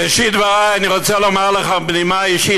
בראשית דבריי אני רוצה לומר לך בנימה אישית,